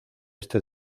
este